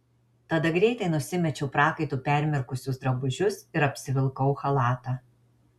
tada greitai nusimečiau prakaitu permirkusius drabužius ir apsivilkau chalatą